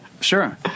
sure